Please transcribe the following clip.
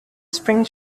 spring